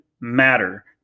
matter